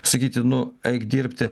sakyti nu eik dirbti